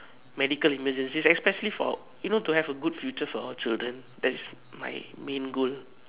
medical emergencies especially for you know to have a good future for our children that's my main goal